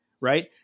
right